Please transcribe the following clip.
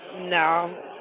No